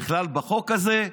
בכלל בחוק הזה,